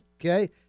okay